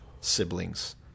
siblings